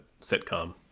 sitcom